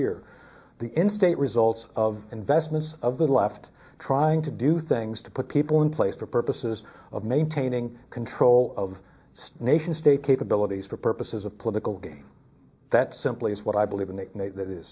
year the instate results of investments of the left trying to do things to put people in place for purposes of maintaining control of the nation state capabilities for purposes of political gain that simply is what i believe and that is